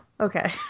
okay